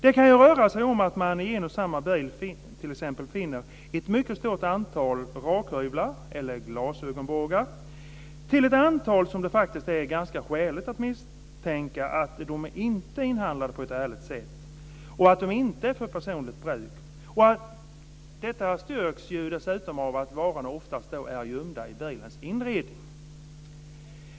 Det kan röra sig om att man i en och samma bil finner ett mycket stort antal rakhyvlar eller glasögonbågar, som det är ganska skäligt att misstänka inte är inhandlade på ett ärligt sätt och inte är avsedda för personligt bruk. Det styrks dessutom av att varorna oftast är gömda i bilens inredning.